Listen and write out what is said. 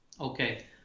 okay